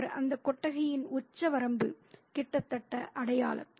அவர் அந்தக் கொட்டகையின் உச்சவரம்பு கிட்டத்தட்ட அடையலாம்